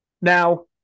Now